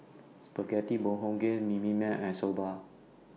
Spaghetti Bibimbap and Soba